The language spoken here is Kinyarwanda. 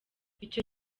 icyo